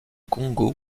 congo